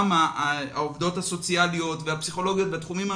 גם העובדות הסוציאליות והפסיכולוגיות והתחומים הנוספים.